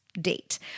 date